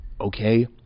okay